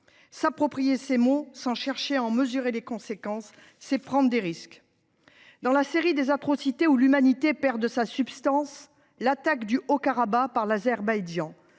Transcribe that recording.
S’approprier ces mots sans chercher à en mesurer les conséquences revient à prendre des risques ! Dans la série des atrocités où l’humanité perd de sa substance, il faut évoquer l’attaque du Haut-Karabagh par l’Azerbaïdjan.